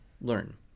learn